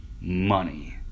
money